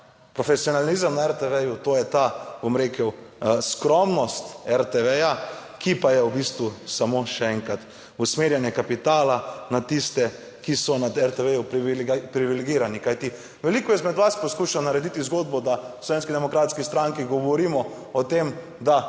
profesionalizem na RTV, to je ta, bom rekel, skromnost RTV, ja, ki pa je v bistvu samo še enkrat, usmerjanje kapitala na tiste, ki so na RTV privilegirani, kajti veliko izmed vas poskuša narediti zgodbo, da v Slovenski demokratski stranki govorimo o tem, da